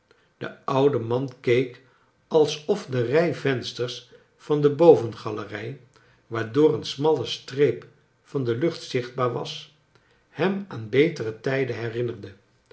de oude man keek alsof de rij vensters van de bovenga lerrj waardoor een smalle streep van de lucht zichtbaar was hem aan betere tijden herinnerden